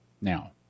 now